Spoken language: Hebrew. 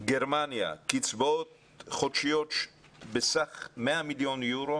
גרמניה קצבאות חודשיות בסך 100 מיליון יורו